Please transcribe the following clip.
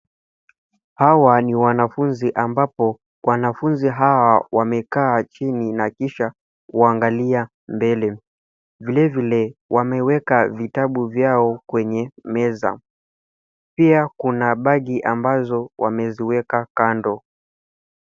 Hawa ni wanafunzi amabapo wanafunzi hawa wamekaa chini na kisha kuangalia mbele vile vile wameweka vitabu vyao kwenye meza pia kuna bagi ambazo wameziweka kando.